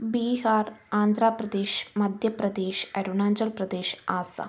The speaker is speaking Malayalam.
ബീഹാർ ആന്ധ്രപ്രദേശ് മദ്ധ്യപ്രദേശ് അരുണാചൽപ്രദേശ് ആസ്സാം